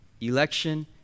Election